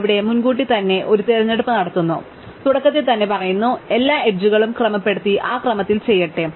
ഇവിടെ ഞങ്ങൾ മുൻകൂട്ടി തന്നെ ഒരു തിരഞ്ഞെടുപ്പ് നടത്തുന്നു തുടക്കത്തിൽ തന്നെ ഞങ്ങൾ പറയുന്നു എല്ലാ എഡ്ജുകളും ക്രമപ്പെടുത്തി ആ ക്രമത്തിൽ ചെയ്യട്ടെ